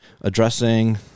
addressing